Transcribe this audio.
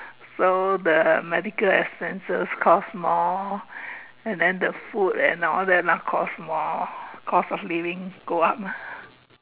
so the medical expenses cost more and then the food and all that now cost more cost of living go up ah